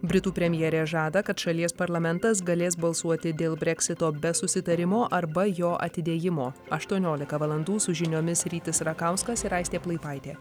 britų premjerė žada kad šalies parlamentas galės balsuoti dėl breksito be susitarimo arba jo atidėjimo aštuoniolika valandų su žiniomis rytis rakauskas ir aistė plaipaitė